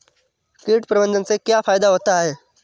कीट प्रबंधन से क्या फायदा होता है?